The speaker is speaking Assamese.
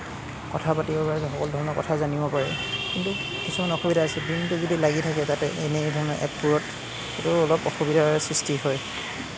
কথা পাতিব পাৰি সকলো ধৰণৰ কথা জানিব পাৰি কিন্তু কিছুমান অসুবিধা হৈছে দিনটো যদি লাগি থাকে তাতে এনেধৰণৰ এপবোৰত ত' অলপ অসুবিধাৰ সৃষ্টি হয়